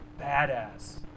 badass